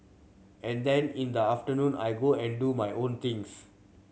and then in the afternoon I go and do my own things